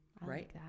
Right